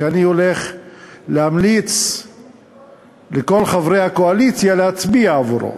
שאני הולך להמליץ לכל חברי הקואליציה להצביע עבורו.